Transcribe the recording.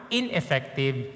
ineffective